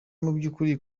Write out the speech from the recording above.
mubyukuri